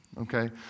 okay